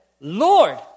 Lord